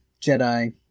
Jedi